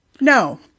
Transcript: No